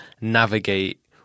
navigate